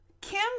Kim